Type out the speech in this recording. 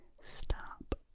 Stop